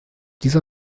dieser